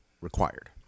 required